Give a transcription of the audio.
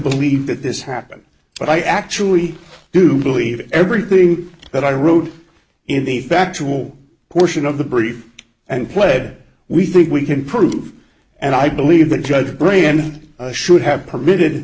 believe that this happened but i actually do believe everything that i wrote in the back to all portion of the brief and pled we think we can prove and i believe the judge agreed and should have permitted